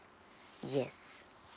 yes